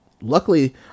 Luckily